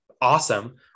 awesome